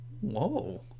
Whoa